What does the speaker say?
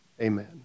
Amen